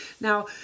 Now